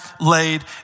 laid